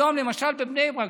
היום למשל בבני ברק,